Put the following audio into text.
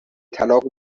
طلاق